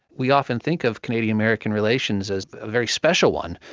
we often think of canadian-american relations as a very special one.